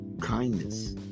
kindness